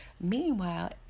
meanwhile